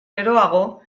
geroago